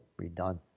redone